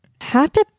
Happy